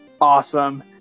awesome